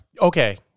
okay